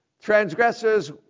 transgressors